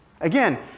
Again